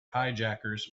hijackers